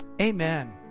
Amen